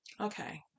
Okay